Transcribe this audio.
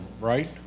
right